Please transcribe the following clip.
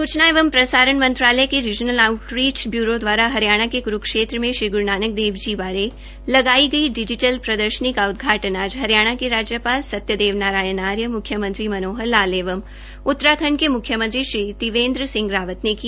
सूचना एवं प्रसारण मंत्रालय के रीज़नल आउटरीच ब्यूरो दवारा हरियाणा के कुरूक्षेत्र में श्री गुरू नानक देव जी बारे लगाई गई डिजीटल प्रदर्शनी का उदघाटन् आज हरियाणा के राज्यपाल सत्यदेव आर्य मुख्यमंत्री मनोहर लाल एवं उत्तरांखंड के म्ख्यमंत्री तिवेंद्र सिह रावत ने किया